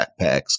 backpacks